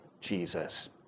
Jesus